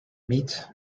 meet